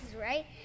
Right